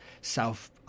South